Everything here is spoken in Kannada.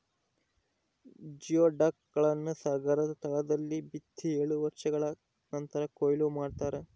ಜಿಯೊಡಕ್ ಗಳನ್ನು ಸಾಗರದ ತಳದಲ್ಲಿ ಬಿತ್ತಿ ಏಳು ವರ್ಷಗಳ ನಂತರ ಕೂಯ್ಲು ಮಾಡ್ತಾರ